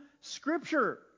Scripture